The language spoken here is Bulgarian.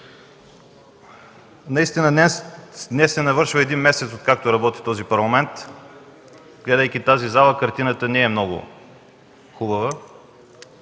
министър! Днес се навършва един месец, откакто работи този Парламент. Гледайки тази зала, картината не е много хубава,